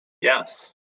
Yes